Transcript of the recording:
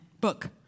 Book